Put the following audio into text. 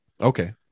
okay